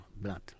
blood